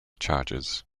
chargers